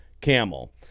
Camel